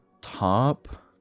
top